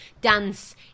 dance